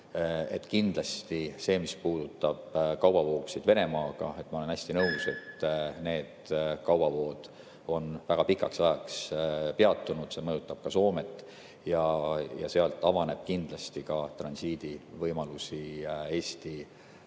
seda, et mis puudutab kaubavoogusid Venemaaga, siis ma olen täiesti nõus, et need kaubavood on väga pikaks ajaks peatunud. See mõjutab ka Soomet ja sealt avaneb kindlasti transiidivõimalusi Eesti